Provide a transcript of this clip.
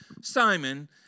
Simon